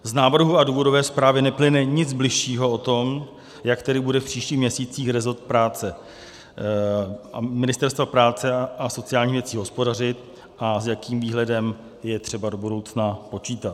Z návrhu a důvodové zprávy neplyne nic bližšího o tom, jak tedy bude v příštích měsících resort Ministerstva práce a sociálních věcí hospodařit a s jakým výhledem je třeba do budoucna počítat.